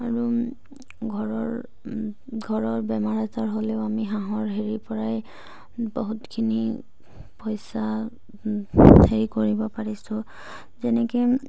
আৰু ঘৰৰ ঘৰৰ বেমাৰ আজাৰ হ'লেও আমি হাঁহৰ হেৰিৰপৰাই বহুতখিনি পইচা হেৰি কৰিব পাৰিছোঁ যেনেকৈ